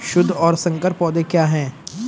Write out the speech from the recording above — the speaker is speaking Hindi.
शुद्ध और संकर पौधे क्या हैं?